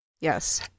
Yes